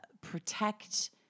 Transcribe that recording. protect